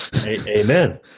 Amen